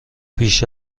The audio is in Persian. بیش